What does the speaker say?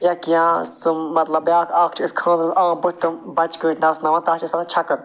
یا کیٚنہہ سُہ مطلب بیاکھ اَکھ چھِ أسۍ خاندرَس منٛز عام پٲٹھۍ تم بَچہٕ کٔٹۍ نَژٕناوان تَتھ چھِ أسۍ وَنان چھکٕر